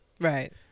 Right